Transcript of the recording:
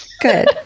Good